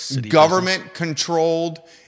government-controlled